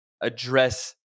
address